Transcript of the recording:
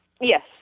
Yes